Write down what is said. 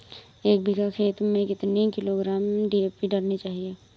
एक बीघा खेत में कितनी किलोग्राम डी.ए.पी डालनी चाहिए?